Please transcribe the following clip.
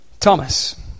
Thomas